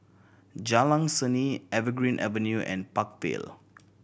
Jalan Seni Evergreen Avenue and Park Vale